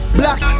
black